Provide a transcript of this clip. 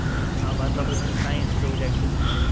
آ مطلب حظ یِم ساینَس پرٛوجٮیکٹٕس چھِنہٕ حظ